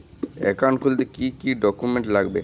Account খুলতে কি কি ডকুমেন্ট লাগবে?